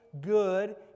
good